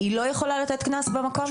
היא לא יכולה לתת קנס במקום?